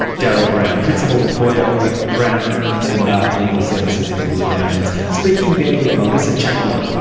darryl browne, principal lawyer with browne linkenbagh legal services, in the blue mountains, speaking there with melissa chaperlin,